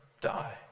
die